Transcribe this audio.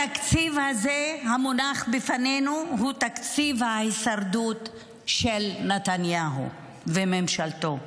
התקציב הזה המונח בפנינו הוא תקציב ההישרדות של נתניהו וממשלתו.